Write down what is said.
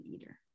eater